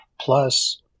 plus